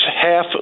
half